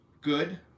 Good